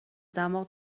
دماغ